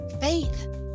Faith